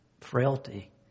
frailty